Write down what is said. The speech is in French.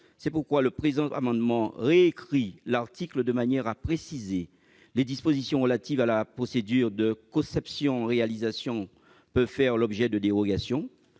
C'est pourquoi le présent amendement récrit l'article de manière à préciser que les dispositions relatives à la procédure de conception-réalisation peuvent faire l'objet de dérogations.